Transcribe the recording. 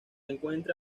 encuentra